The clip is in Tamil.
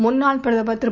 முன்னாள்பிரதமர்திரு